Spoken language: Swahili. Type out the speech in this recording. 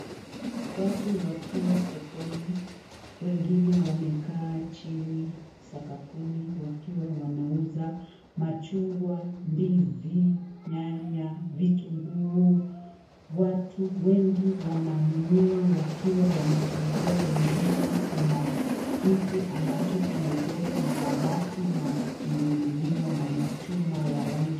Watu wakiwa sokoni wengine wamekaa chini sakafuni wakiwa wanauza machungwa, ndizi, nyanya vitunguu watu wengi wananunua wakiwa wanatembea wengine kuna kitu ambacho kimejengwa na mabati na kimeinuliwa na machuma ya rangi.